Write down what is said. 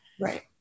Right